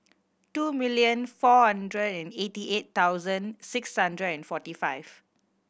two million four hundred and eighty eight thousand six hundred and forty five